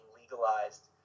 legalized